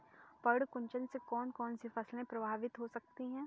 पर्ण कुंचन से कौन कौन सी फसल प्रभावित हो सकती है?